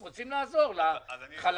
רוצים לעזור לחלשים,